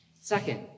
Second